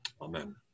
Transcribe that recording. Amen